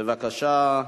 בבקשה,